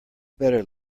better